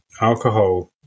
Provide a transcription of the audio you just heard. alcohol